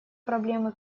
проблемы